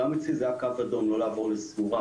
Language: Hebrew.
גם אצלי זה היה קו אדום לא לעבור לסגורה.